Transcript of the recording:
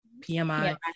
PMI